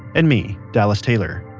and me, dallas taylor.